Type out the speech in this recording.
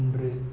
ஒன்று